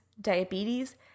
diabetes